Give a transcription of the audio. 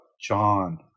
John